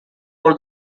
all